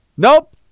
Nope